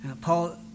Paul